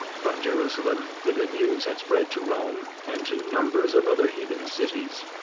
from jerusalem the good news had spread to rome and to numbers of other heathen cities.